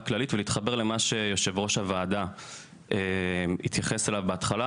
כללית ולהתחבר למה שיושב ראש הוועדה התייחס אליו בהתחלה,